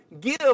give